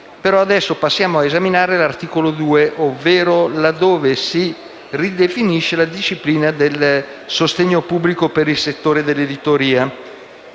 passiamo ad esaminare l'articolo 2, in cui si ridefinisce la disciplina del sostegno pubblico per il settore dell'editoria.